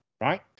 right